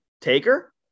Taker